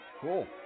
Cool